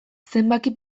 zenbaki